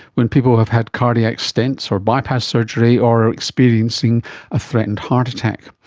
when people have had cardiac stents or bypass surgery or are experiencing a threatened heart attack.